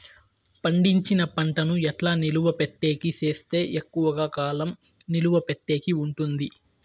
పండించిన పంట ను ఎట్లా నిలువ పెట్టేకి సేస్తే ఎక్కువగా కాలం నిలువ పెట్టేకి ఉంటుంది?